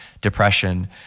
depression